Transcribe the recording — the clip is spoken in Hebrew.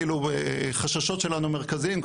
חששות שלנו מרכזיים,